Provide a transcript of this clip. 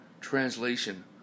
Translation